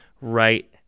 right